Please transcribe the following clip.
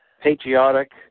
patriotic